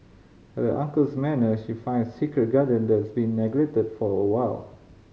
at the uncle's manor she finds a secret garden that's been neglected for a while